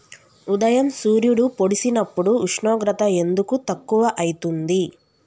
ఉదయం సూర్యుడు పొడిసినప్పుడు ఉష్ణోగ్రత ఎందుకు తక్కువ ఐతుంది?